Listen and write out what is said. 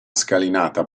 scalinata